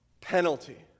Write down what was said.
penalty